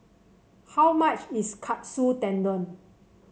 how much is Katsu Tendon